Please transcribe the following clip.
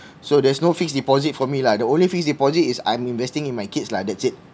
so there's no fixed deposit for me lah the only fixed deposit is I'm investing in my kids lah that's it